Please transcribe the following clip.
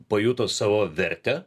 pajuto savo vertę